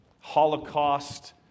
Holocaust